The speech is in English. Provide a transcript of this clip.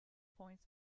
points